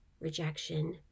Rejection